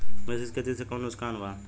मिश्रित खेती से कौनो नुकसान वा?